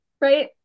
Right